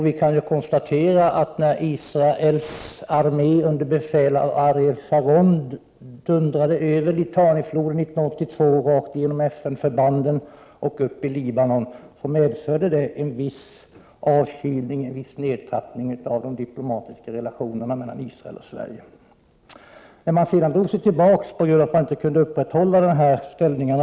Vi kan konstatera att det medförde en viss avkylning och nedtrappning av de diplomatiska förbindelserna mellan Israel och Sverige när Israels armé under befäl av Ariel Sharon 1982 dundrade över Litanifloden, rakt över FN-förbanden och upp i Libanon. Armén drog sig sedan tillbaka på grund av att den inte längre kunde upprätthålla dessa ställningar.